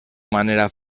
manera